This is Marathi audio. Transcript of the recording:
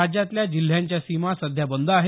राज्यातल्या जिल्ह्यांच्या सीमा सध्या बंद आहेत